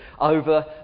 over